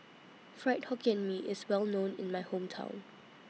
Fried Hokkien Mee IS Well known in My Hometown